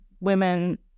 women